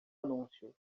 anúncio